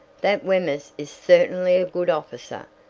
that wemyss is certainly a good officer,